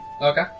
Okay